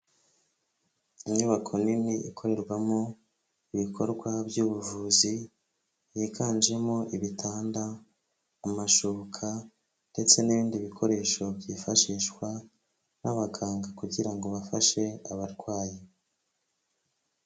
Inyubako nini ikorerwamo ibikorwa by'ubuvuzi yiganjemo ibitanda, amashuka ndetse n'ibindi bikoresho byifashishwa n'abaganga kugira ngo bafashe abarwayi.